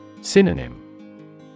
Synonym